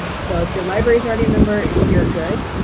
um so if your library's already a member, you're good.